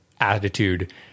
attitude